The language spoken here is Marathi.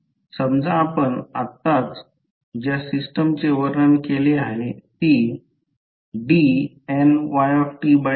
समजा आपण आत्ताच ज्या सिस्टमचे वर्णन केले आहे ती dnydtnan 1dn 1ydtn 1